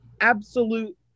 absolute